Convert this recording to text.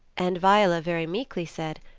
and viola very meekly said,